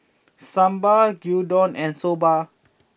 Sambar Gyudon and Soba